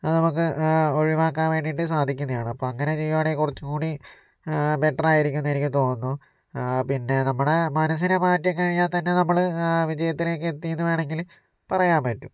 അത് നമുക്ക് ഒഴിവാക്കാൻ വേണ്ടിയിട്ട് സാധിക്കുന്നെയാണ് അപ്പോൾ അങ്ങനെ ചെയ്യുവാണേ കുറച്ചും കൂടി ബെറ്ററായിരിക്കും എന്ന് എനിക്ക് തോന്നുന്നു പിന്നെ നമ്മുടെ മനസ്സിനെ മാറ്റി കഴിഞ്ഞാൽ തന്നെ നമ്മള് വിജയത്തിലേക്ക് എത്തിന്ന് വേണങ്കില് പറയാൻ പറ്റും